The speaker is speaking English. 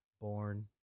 born